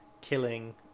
killing